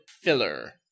filler